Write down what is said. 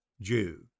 Jew